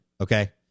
okay